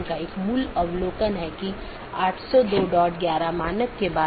इसलिए हम बाद के व्याख्यान में इस कंप्यूटर नेटवर्क और इंटरनेट प्रोटोकॉल पर अपनी चर्चा जारी रखेंगे